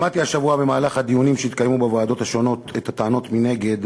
שמעתי השבוע במהלך הדיונים שהתקיימו בוועדות השונות את הטענות מנגד,